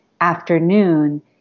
afternoon